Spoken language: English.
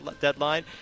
deadline